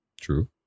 True